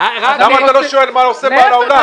למה אתה לא שואל מה עושה בעל האולם?